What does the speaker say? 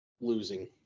losing